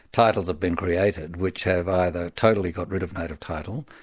titles have been created which have either totally got rid of native title,